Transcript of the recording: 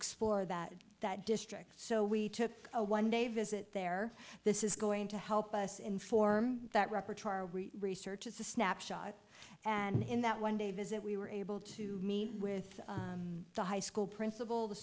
explore that that district so we took a one day visit there this is going to help us inform that repertoire research is a snapshot and in that one day visit we were able to meet with the high school principal the